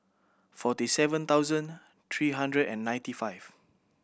forty seven thousand three hundred and ninety five